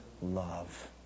love